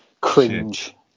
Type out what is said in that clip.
cringe